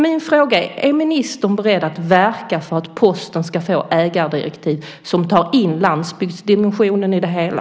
Min fråga är: Är ministern beredd att verka för att Posten ska få ägardirektiv som tar in landsbygdsdimensionen i det hela?